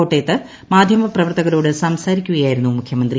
കോട്ടയത്ത് മാധ്യമപ്രവർത്തകരോട് സംസാരിക്കുകയായിരുന്നു മുഖ്യമന്ത്രി